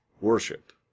worship